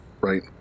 right